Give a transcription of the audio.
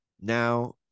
Now